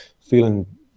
feeling